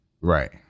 right